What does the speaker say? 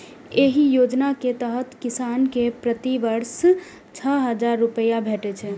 एहि योजना के तहत किसान कें प्रति वर्ष छह हजार रुपैया भेटै छै